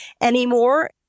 anymore